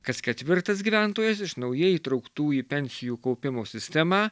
kas ketvirtas gyventojas iš naujai įtrauktų į pensijų kaupimo sistemą